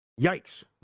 yikes